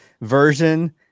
version